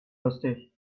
lustig